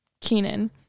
Kenan